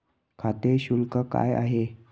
खाते शुल्क काय आहे?